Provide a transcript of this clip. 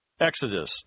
Exodus